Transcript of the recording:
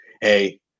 hey